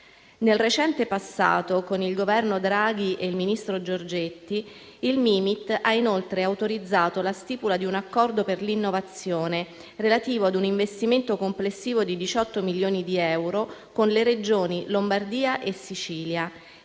Nel recente passato, con il Governo Draghi e il ministro Giorgetti, il MIMIT ha inoltre autorizzato la stipula di un accordo per l'innovazione, relativo ad un investimento complessivo di diciotto milioni di euro, con le Regioni Lombardia e Sicilia,